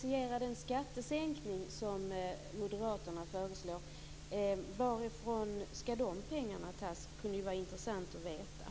Men det kunde vara intressant att veta varifrån de pengar som skall finansiera den skattesänkning som moderaterna föreslår skall tas.